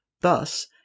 Thus